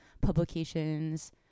publications